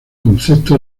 concepto